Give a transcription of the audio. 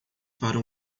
para